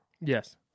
Yes